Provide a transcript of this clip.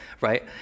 Right